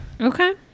Okay